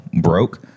broke